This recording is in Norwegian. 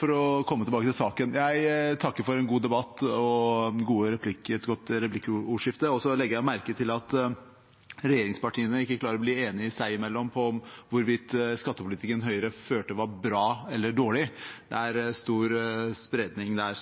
For å komme tilbake til saken: Jeg takker for en god debatt og et godt replikkordskifte. Jeg legger merke til at regjeringspartiene ikke klarer å bli enige seg imellom om hvorvidt skattepolitikken Høyre førte, var bra eller dårlig. Det er stor spredning der.